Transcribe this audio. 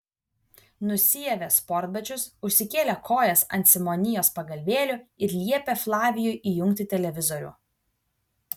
nusiavė sportbačius užsikėlė kojas ant simonijos pagalvėlių ir liepė flavijui įjungti televizorių